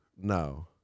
No